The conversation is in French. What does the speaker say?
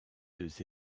deux